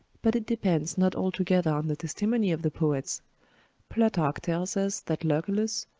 but it depends not altogether on the testimony of the poets plutarch tells us, that lucullus,